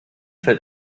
fällt